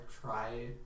try